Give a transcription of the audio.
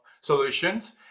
solutions